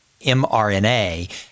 mRNA